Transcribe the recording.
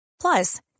Plus